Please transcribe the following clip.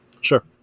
Sure